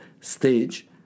stage